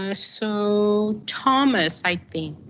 um so thomas i think.